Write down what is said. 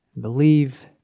believe